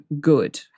good